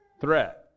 threat